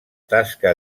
tasca